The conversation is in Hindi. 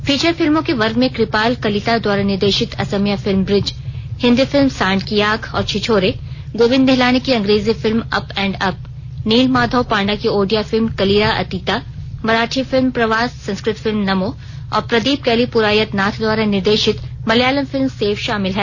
फीचर फिल्मों के वर्ग में कृपाल कलिता द्वारा निर्देशित Asamiya film bridge Hindi film Saand Ki Aankh और छिछोरे गोविद निहलानी की अंग्रेजी film up and up Nila Madhab Panda की Odia film Kalira Atita Marathi film Pravas Sanskrit film Namo और प्रदीप कैलीपुरायत नाथ द्वारा निर्देशित मलयालम फिल्म सेफ शामिल है